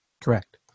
Correct